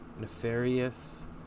nefarious